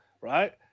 right